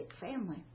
family